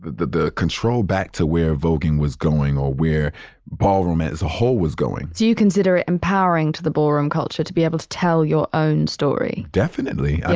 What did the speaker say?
the the control back to where voguing was going or where ballroom as a whole was going do you consider it empowering to the ballroom culture to be able to tell your own story? definitely. i